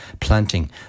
planting